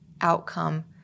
outcome